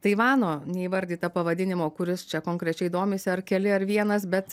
taivano neįvardyta pavadinimo kuris čia konkrečiai domisi ar keli ar vienas bet